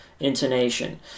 intonation